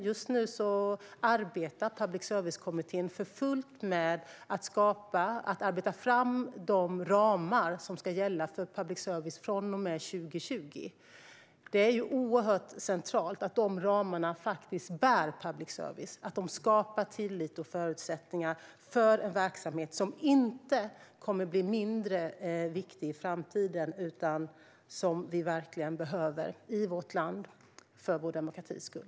Just nu arbetar Public service-kommittén för fullt med att arbeta fram de ramar som ska gälla för public service från och med 2020. Det är oerhört centralt att de ramarna faktiskt bär public service, att de skapar tillit och förutsättningar för en verksamhet som inte kommer att bli mindre viktig i framtiden utan som vi verkligen behöver i vårt land för vår demokratis skull.